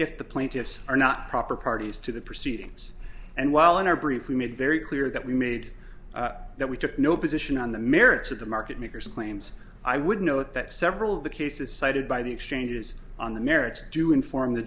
if the plaintiffs are not proper parties to the proceedings and while in our brief we made very clear that we made that we took no position on the merits of the market makers claims i would note that several of the cases cited by the exchanges on the merits do inform the